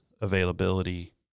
availability